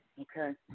Okay